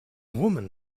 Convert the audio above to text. woman